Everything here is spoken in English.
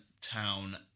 Town